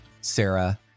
Sarah